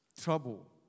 Trouble